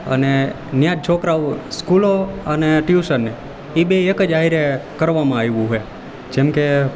અને ત્યાંજ છોકરાઓ સ્કુલો અને ટ્યુશને એબે એક જ સાથે કરવામાં આવ્યું છે જેમકે